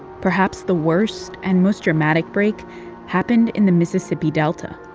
perhaps the worst and most dramatic break happened in the mississippi delta,